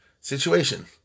situation